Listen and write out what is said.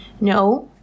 no